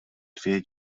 dvě